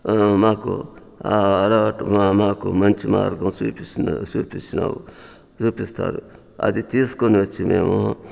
మాకు అలవాటు మాకు మంచి మార్గం చూపిస్తుంది చూపించినావ్ చూపిస్తారు అది తీసుకొని వచ్చి మేమూ